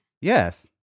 Yes